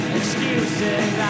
excuses